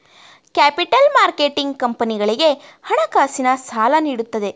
capital marketing ಕಂಪನಿಗಳಿಗೆ ಹಣಕಾಸಿನ ಸಾಲ ನೀಡುತ್ತದೆ